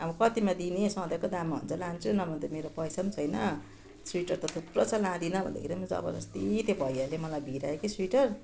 अब कतिमा दिने सधैँको दाममा हो भने चाहिँ लान्छु नभए त मेरो पैसा छैन स्वेटर त थुप्रो छ लाँदिन भन्दाखेरि जबर्जस्ती त्यो भैयाले मलाई भिरायो कि स्वेटर